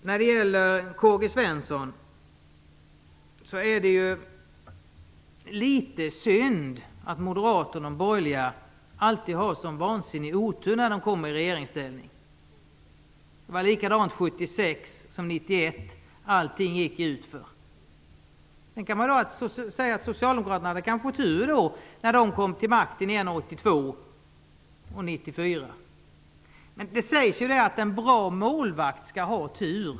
Jag vill säga till K-G Svensson att det är litet synd att Moderaterna och de borgerliga alltid har sådan vansinnig otur när de kommer i regeringsställning. Det var likadant 1976 som 1991. Allting gick utför. Socialdemokraterna hade kanske tur när de kom till makten igen 1982 och 1994, men det sägs ju att en bra målvakt skall ha tur.